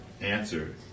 answer